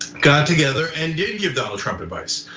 got together and did give donald trump advice.